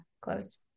close